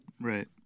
Right